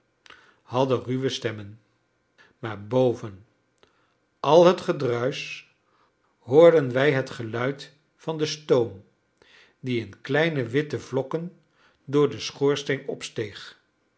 hadden ruwe stemmen maar boven al het gedruisch hoorden wij het geluid van den stoom die in kleine witte vlokken door den schoorsteen opsteeg